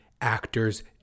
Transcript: actor's